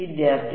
വിദ്യാർത്ഥി